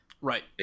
right